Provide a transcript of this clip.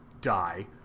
die